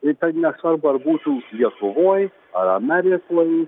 ir tai nesvarbu ar būtų lietuvoj ar amerikoj